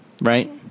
Right